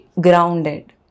grounded